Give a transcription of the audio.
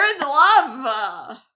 love